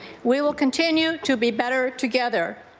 we will continue to be better together,